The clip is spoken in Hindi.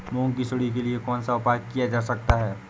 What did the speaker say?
मूंग की सुंडी के लिए कौन सा उपाय किया जा सकता है?